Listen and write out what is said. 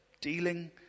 Dealing